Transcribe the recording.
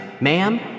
Ma'am